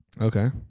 Okay